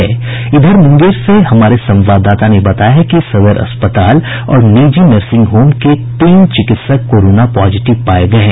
इधर मूंगेर से हमारे संवादाता ने बताया है कि सदर अस्पताल और निजी नर्सिंग होम के तीन चिकित्सक कोरोना पॉजिटिव पाये गये हैं